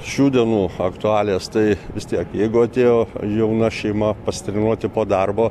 šių dienų aktualijas tai vis tiek jeigu atėjo jauna šeima pasitreniruoti po darbo